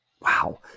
Wow